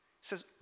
says